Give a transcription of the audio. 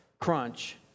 crunch